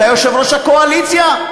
אתה יושב-ראש הקואליציה.